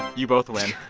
you both win